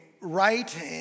right